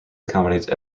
accommodate